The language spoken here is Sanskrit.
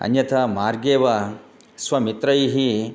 अन्यथा मार्गे एव स्वमित्रैः